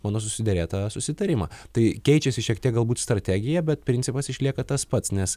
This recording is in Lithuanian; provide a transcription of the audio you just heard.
mano susiderėtą susitarimą tai keičiasi šiek tiek galbūt strategija bet principas išlieka tas pats nes